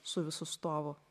su visu stovu